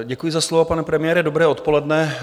Děkuji za slovo, pane premiére, dobré odpoledne.